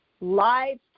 live